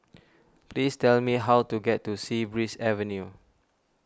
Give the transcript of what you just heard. please tell me how to get to Sea Breeze Avenue